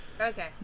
okay